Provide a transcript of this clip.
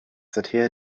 seither